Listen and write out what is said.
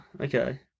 Okay